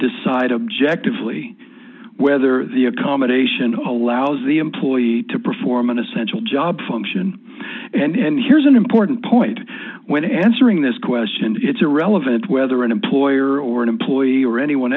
decide objectively whether the accommodation hall allows the employee to perform an essential job function and here's an important point when answering this question it's irrelevant whether an employer or an employee or anyone